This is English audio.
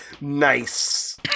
nice